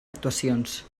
actuacions